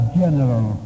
general